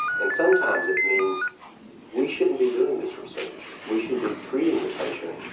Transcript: and sometimes it means we shouldn't be doing this research. we should be treating the patient,